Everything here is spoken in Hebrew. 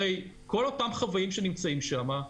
הרי כל אותם חוואים שנמצאים שם,